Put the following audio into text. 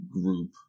group